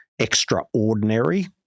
extraordinary